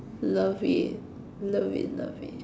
love it love it love it